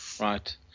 Right